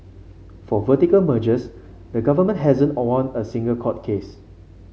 for vertical mergers the government hasn't won a single court case